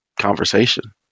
conversation